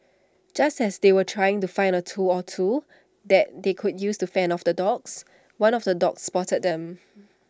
just as they were trying to find A tool or two that they could use to fend off the dogs one of the dogs spotted them